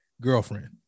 girlfriend